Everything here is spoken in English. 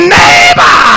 neighbor